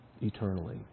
eternally